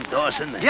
Dawson